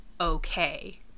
okay